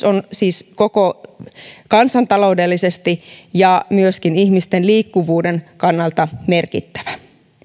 on siis kansantaloudellisesti ja myöskin ihmisten liikkuvuuden kannalta merkittävää